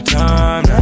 time